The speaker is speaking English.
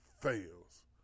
fails